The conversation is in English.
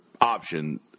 option